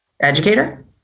educator